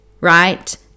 right